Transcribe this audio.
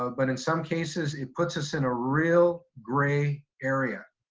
ah but in some cases, it puts us in a real gray area